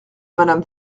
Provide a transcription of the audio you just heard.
madame